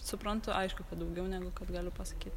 suprantu aišku kad daugiau negu kad galiu pasakyt